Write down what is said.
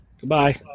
Goodbye